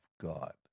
God